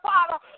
Father